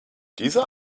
dieser